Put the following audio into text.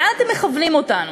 לאן אתם מכוונים אותנו?